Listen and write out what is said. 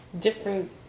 different